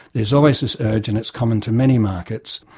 there's always this urge, and it's common to many markets,